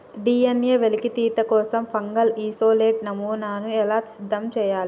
DNA వెలికితీత కోసం fungal isolate నమూనాను ఎలా సిద్ధం చెయ్యాలి?